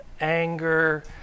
anger